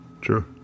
True